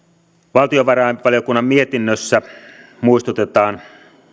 valtiovarainvaliokunnan mietinnössä muistutetaan